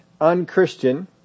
unchristian